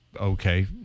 Okay